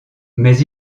mais